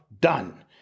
done